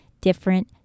different